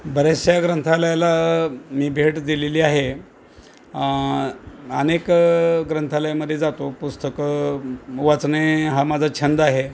बऱ्याचशा ग्रंथालयाला मी भेट दिलेली आहे अनेक ग्रंथालयांमध्ये जातो पुस्तकं वाचणे हा माझा छंद आहे